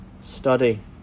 study